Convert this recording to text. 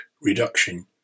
reduction